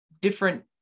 different